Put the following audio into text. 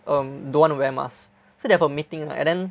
um don't want wear mask so they have a meeting right and then